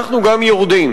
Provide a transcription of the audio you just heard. אנחנו גם יורדים.